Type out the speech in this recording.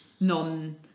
non